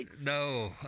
no